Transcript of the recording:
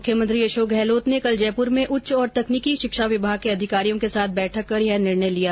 मुख्यमंत्री अशोक गहलोत ने कल जयपुर में उच्च और तकनीकी शिक्षा विभाग के अधिकारियों के साथ बैठक कर यह निर्णय लिया